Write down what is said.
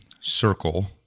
circle